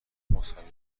مسلما